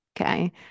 okay